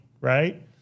Right